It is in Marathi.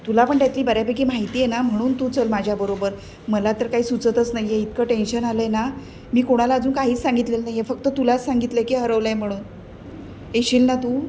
तुला पण त्यातली बऱ्यापैकी माहिती आहे ना म्हणून तू चल माझ्याबरोबर मला तर काही सुचतच नाही आहे इतकं टेन्शन आलं आहे ना मी कोणाला अजून काहीच सांगितलेलं नाही आहे फक्त तुलाच सांगितलं आहे की हरवलं आहे म्हणून येशील ना तू